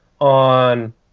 on